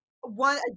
One